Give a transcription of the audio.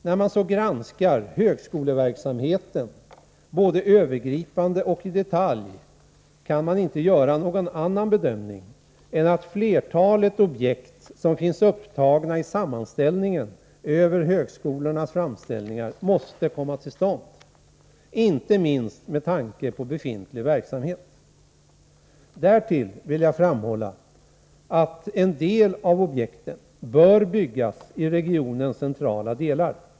När man granskar högskoleverksamheten, både övergripande och i detalj, kan man inte göra någon annan bedömning än att flertalet objekt som finns upptagna i sammanställningen över högskolornas framställningar måste komma till stånd, inte minst med tanke på befintlig verksamhet. Därtill vill jag framhålla att en del av objekten bör byggas i regionens centrala delar.